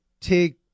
take